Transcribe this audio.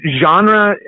genre